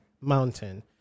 Mountain